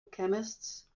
chemist